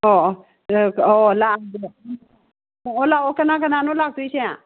ꯑꯣ ꯑꯣ ꯑꯣ ꯑꯣ ꯂꯥꯛꯑꯣ ꯂꯥꯛꯑꯣ ꯀꯅꯥ ꯀꯅꯥꯅꯣ ꯂꯥꯛꯇꯣꯏꯁꯦ